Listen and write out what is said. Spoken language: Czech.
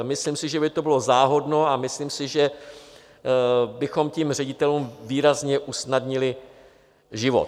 Myslím si, že by to bylo záhodno, a myslím si, že bychom tím ředitelům výrazně usnadnili život.